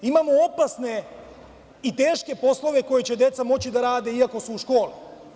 Imamo opasne i teške poslove koja će deca moći da rade, iako su u školi.